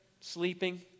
sleeping